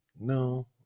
no